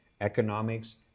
economics